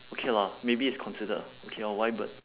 okay lah maybe it's considered okay lor why bird